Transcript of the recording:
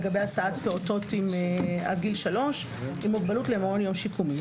לגבי הסעת פעוטות עד גיל 3 עם מוגבלות למעון יום שיקומי.